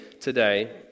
today